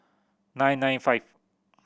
nine nine five